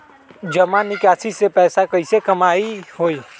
जमा निकासी से पैसा कईसे कमाई होई?